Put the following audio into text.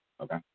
Okay